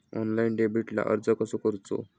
Online डेबिटला अर्ज कसो करूचो?